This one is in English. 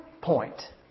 point